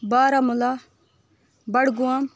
بارہ مُلا بڈگوم